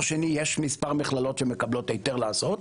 שני יש מספר מכללות שמקבלות היתר לעשות,